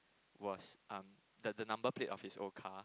was um the the number plate of his old car